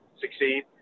succeed